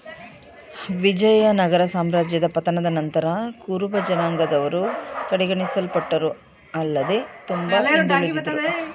ವಿಜಯನಗರ ಸಾಮ್ರಾಜ್ಯದ ಪತನದ ನಂತರ ಕುರುಬಜನಾಂಗದವರು ಕಡೆಗಣಿಸಲ್ಪಟ್ಟರು ಆಲ್ಲದೆ ತುಂಬಾ ಹಿಂದುಳುದ್ರು